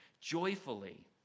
joyfully